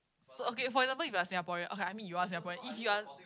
so okay for example if you're Singaporean okay I mean you're Singaporean if you are